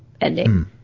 ending